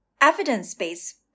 evidence-based